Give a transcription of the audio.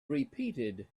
repeated